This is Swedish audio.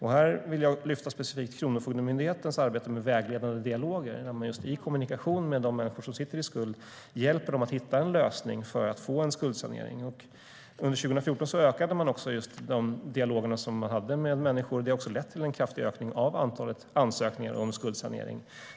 Här vill jag specifikt lyfta fram Kronofogdemyndighetens arbete med vägledande dialoger just i kommunikation med de människor som sitter i skuld. Man hjälper dessa människor att hitta en lösning för att få en skuldsanering. Under 2014 ökade man antalet dialoger med människor, vilket också har lett till en kraftig ökning av antalet ansökningar om skuldsanering.